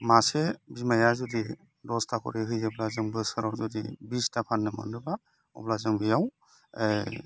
मासे बिमाया जुदि दसथा खरि होयोब्ला जों बोसोराव जुदि बिसथा फाननो मोनोबा अब्ला जों बेयाव